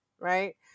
Right